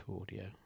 audio